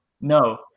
no